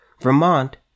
Vermont